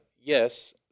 yes